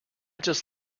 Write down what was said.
just